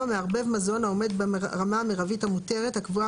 4. מערבב מזון העומד ברמה המרבית המותרת הקבועה